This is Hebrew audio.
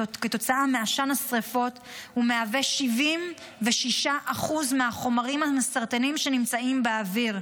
עשן השריפות הוא 76% מהחומרים המסרטנים שנמצאים באוויר,